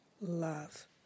love